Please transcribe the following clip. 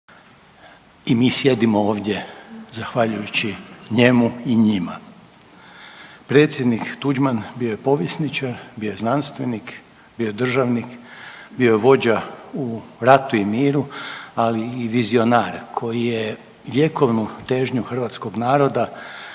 i mi sjedimo ovdje zahvaljujući njemu i njima. Predsjednik Tuđman bio je povjesničar, bio je znanstvenik, bio je državnik, bio je vođa u ratu i miru, ali i vizionar koji je vjekovnu težnju hrvatskog naroda